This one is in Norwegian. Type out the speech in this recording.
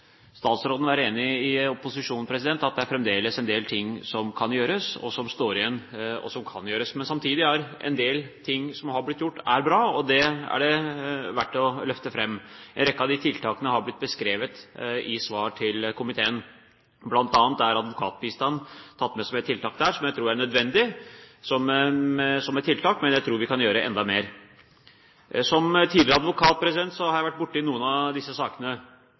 statsråden være enig med opposisjonen i at det fremdeles er en del ting som står igjen, og som kan gjøres. Samtidig er det en del ting som har blitt gjort, som er bra. Det er det verdt å løfte fram. En rekke av de tiltakene har blitt beskrevet i svar til komiteen. Blant annet er advokatbistand tatt med som et tiltak som jeg tror er nødvendig, men jeg tror vi kan gjøre enda mer. Som tidligere advokat har jeg vært borti noen av disse sakene.